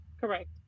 Correct